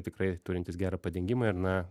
tikrai turintis gerą padengimą ir na